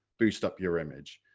boost up your image.